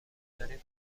دارین